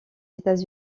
états